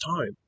time